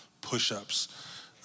push-ups